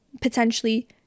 potentially